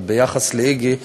אבל ביחס ל"איגי"